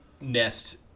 nest